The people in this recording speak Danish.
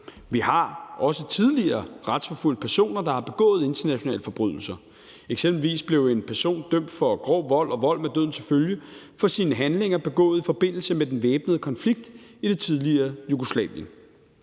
Vi har også tidligere retsforfulgt personer, der har begået internationale forbrydelser. Eksempelvis blev en person dømt for grov vold og vold med døden til følge for sine handlinger begået i forbindelse med den væbnede konflikt i det tidligere Jugoslavien.